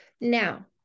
Now